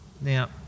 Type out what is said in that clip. Now